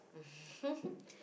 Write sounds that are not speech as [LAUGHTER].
mmhmm [LAUGHS]